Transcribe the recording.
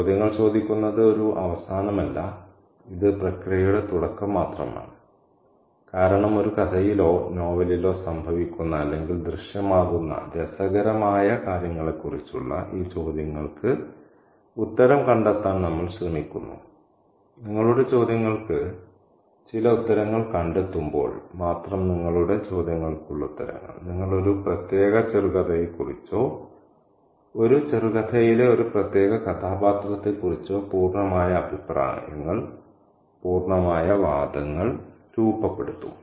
ചോദ്യങ്ങൾ ചോദിക്കുന്നത് ഒരു അവസാനമല്ല ഇത് പ്രക്രിയയുടെ തുടക്കം മാത്രമാണ് കാരണം ഒരു കഥയിലോ നോവലിലോ സംഭവിക്കുന്ന അല്ലെങ്കിൽ ദൃശ്യമാകുന്ന രസകരമായ കാര്യങ്ങളെക്കുറിച്ചുള്ള ഈ ചോദ്യങ്ങൾക്ക് ഉത്തരം കണ്ടെത്താൻ നമ്മൾ ശ്രമിക്കുന്നു നിങ്ങളുടെ ചോദ്യങ്ങൾക്ക് ചില ഉത്തരങ്ങൾ കണ്ടെത്തുമ്പോൾ മാത്രം നിങ്ങളുടെ ചോദ്യങ്ങൾക്കുള്ള ഉത്തരങ്ങൾ നിങ്ങൾ ഒരു പ്രത്യേക ചെറുകഥയെക്കുറിച്ചോ ഒരു ചെറുകഥയിലെ ഒരു പ്രത്യേക കഥാപാത്രത്തെക്കുറിച്ചോ പൂർണ്ണമായ അഭിപ്രായങ്ങൾ പൂർണ്ണമായ വാദങ്ങൾ രൂപപ്പെടുത്തും